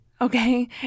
Okay